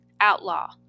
Outlaw